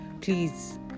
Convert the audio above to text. please